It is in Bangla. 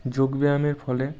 যোগব্যায়ামের ফলে